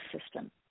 system